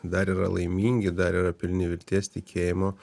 dar yra laimingi dar yra pilni vilties tikėjimo